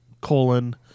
colon